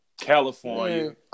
California